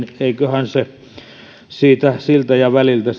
eiköhän se totuus siltä väliltä